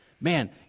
man